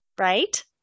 right